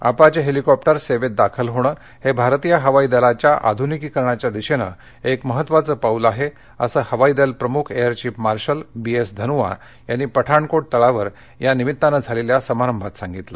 Apache helicopter सेवेत दाखल होणं हे भारतीय हवाई दलाच्या आधुनिकीकरणाच्या दिशेनं एक महत्वाचं पाऊल आहे असं हवाईदल प्रमुख air chief marshal B S Dhanoa यांनी पठाणकोट तळावर या निमित्तानं झालेल्या समारंभात सांगितलं